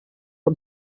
amb